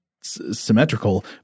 symmetrical